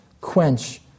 quench